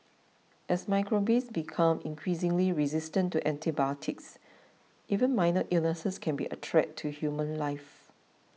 as microbes become increasingly resistant to antibiotics even minor illnesses can be a threat to human life